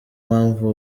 mpamvu